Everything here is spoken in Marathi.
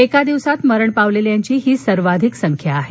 एका दिवसात मरण पावलेल्यांची ही सर्वाधिक संख्या आहे